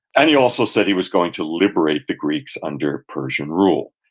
and he also said he was going to liberate the greeks under persian rule.